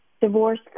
Divorce